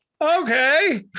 Okay